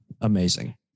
amazing